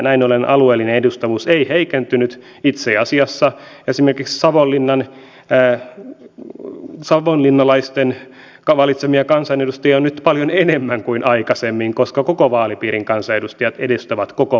näin ollen alueellinen edustavuus ei heikentynyt itse asiassa esimerkiksi savonlinnalaisten valitsemia kansanedustajia on nyt paljon enemmän kuin aikaisemmin koska koko vaalipiirin kansanedustajat edustavat koko vaalipiiriään